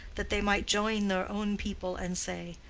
that they might join their own people and say,